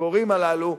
לגיבורים הללו,